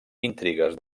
intrigues